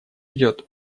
идет